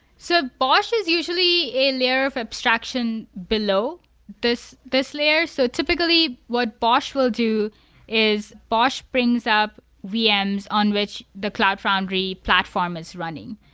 so bosh is usually a layer of abstraction below this this layer. so typically, what bosh will do is bosh brings up vms on which the cloud foundry platform is running.